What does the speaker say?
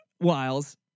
Wiles